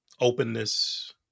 openness